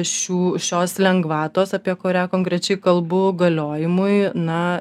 šių šios lengvatos apie kurią konkrečiai kalbu galiojimui na